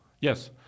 yes